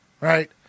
right